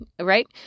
Right